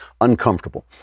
uncomfortable